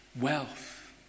wealth